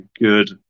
good